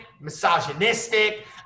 misogynistic